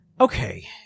okay